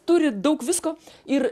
turi daug visko ir